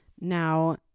Now